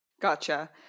Gotcha